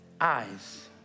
eyes